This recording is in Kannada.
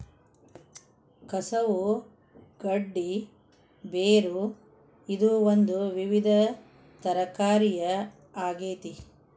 ಕೆಸವು ಗಡ್ಡಿ ಬೇರು ಇದು ಒಂದು ವಿವಿಧ ತರಕಾರಿಯ ಆಗೇತಿ